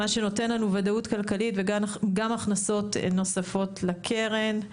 מה שנותן לנו ודאות כלכלית וגם הכנסות נוספות לקרן.